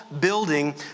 building